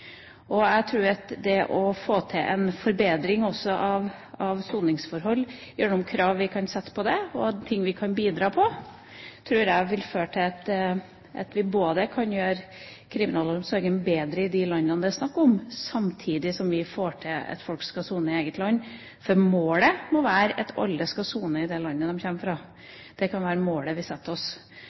land. Jeg tror at det å få til en forbedring av soningsforhold, sette noen krav til det og andre ting vi kan bidra med, vil føre til at vi både kan gjøre kriminalomsorgen bedre i de landene det er snakk om, og samtidig få til at folk skal sone i eget land. For målet må være at alle skal sone i det landet de kommer fra – det kan være målet vi setter oss.